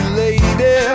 lady